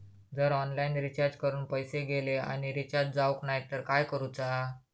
जर online recharge करून पैसे गेले आणि रिचार्ज जावक नाय तर काय करूचा?